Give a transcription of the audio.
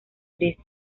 gris